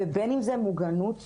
ובין אם זה מוגנות ברשת.